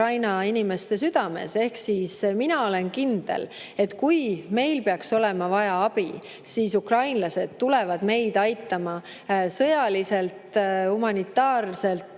Ukraina inimeste südames. Ehk siis mina olen kindel, et kui meil peaks olema vaja abi, siis ukrainlased tulevad meid aitama sõjaliselt, humanitaarselt,